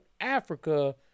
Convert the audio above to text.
Africa